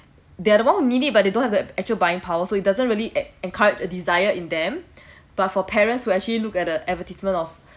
they are the one who need it but they don't have the actual buying power so it doesn't really encour~ encouraged a desire in them but for parents who actually look at the advertisement of